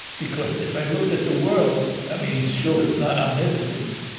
because, if i looked at the world i mean, he sure is not omnipotent